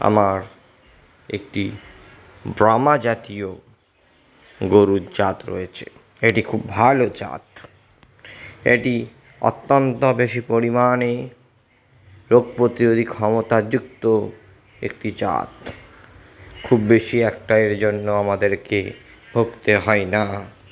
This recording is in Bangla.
আমার একটি ব্রামা জাতীয় গরুর জাত রয়েছে এটি খুব ভালো জাত এটি অত্যন্ত বেশি পরিমাণে রোগ প্রতিরোধী ক্ষমতাযুক্ত একটি জাত খুব বেশি একটা এর জন্য আমাদেরকে ভোগতে হয় না